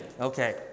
Okay